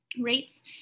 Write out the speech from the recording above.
rates